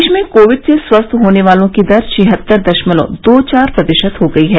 देश में कोविड से स्वस्थ होने वालों की दर छिहत्तर दशमलव दो चार प्रतिशत हो गई है